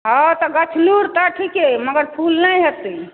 हँ तऽ गछलहुॅं रऽ तऽ ठीके मगर फूल नहि हेतै